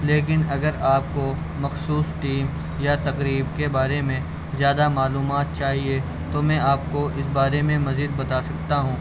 لیکن اگر آپ کو مخصوص ٹیم یا تقریب کے بارے میں زیادہ معلومات چاہیے تو میں آپ کو اس بارے میں مزید بتا سکتا ہوں